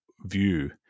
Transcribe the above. view